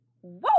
Whoa